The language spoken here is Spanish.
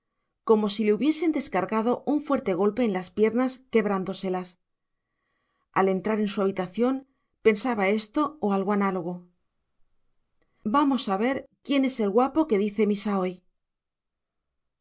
como si le hubiesen descargado un fuerte golpe en las piernas quebrándoselas al entrar en su habitación pensaba esto o algo análogo vamos a ver quién es el guapo que dice misa hoy